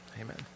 amen